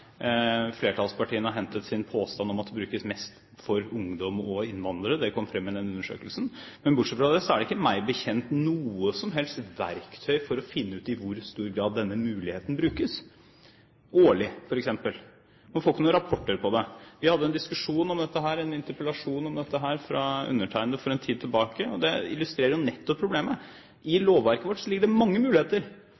flertallspartiene har hentet sin påstand om at det brukes mest for ungdom og innvandrere – det kom fram i den undersøkelsen. Men bortsett fra det har vi ikke, meg bekjent, noe som helst verktøy for å finne ut i hvor stor grad denne muligheten brukes – årlig, f.eks. Man får ikke noen rapporter på det. Vi hadde en interpellasjon om dette fra undertegnede for en tid tilbake. Den illustrerer nettopp problemet. I